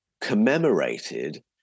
commemorated